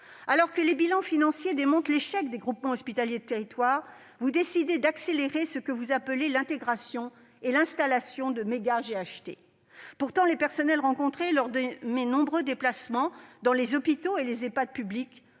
Alors que les bilans financiers démontrent l'échec des groupements hospitaliers de territoire, vous décidez d'accélérer ce que vous appelez l'intégration par l'installation de méga-GHT. Pourtant, les personnels que je rencontre lors de mes nombreux déplacements dans les hôpitaux et les Ehpad publics